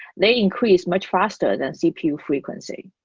they increase much faster than cpu frequency,